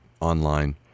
online